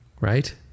right